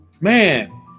man